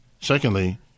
Secondly